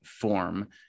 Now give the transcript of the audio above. form